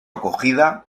acogida